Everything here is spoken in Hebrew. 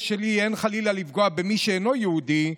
שלי אין חלילה לפגוע במי שאינו יהודי,